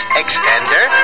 extender